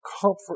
comfort